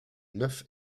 neuf